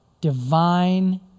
Divine